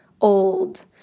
old